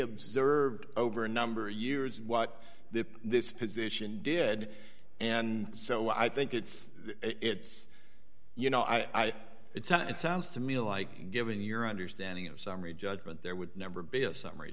observed over a number of years what this position did and so i think it's it's you know i it's and it sounds to me like given your understanding of summary judgment there would never be a summary